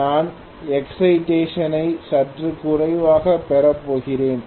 நான் எக்சைடேஷன் ஐ சற்று குறைவாகப் பெறப் போகிறேன்